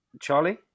Charlie